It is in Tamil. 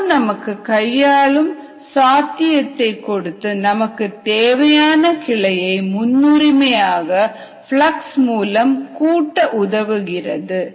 கணு நமக்கு கையாளும் சாத்தியத்தை கொடுத்து நமக்கு தேவையான கிளையை முன்னுரிமையாக பிளக்ஸ் மூலம் கூட்ட உதவுகிறது